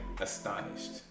astonished